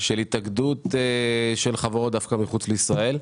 של התאגדות של חברות דווקא מחוץ לישראל.